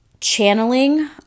channeling